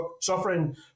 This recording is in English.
suffering